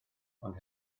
ond